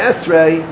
Esrei